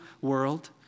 world